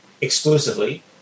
exclusively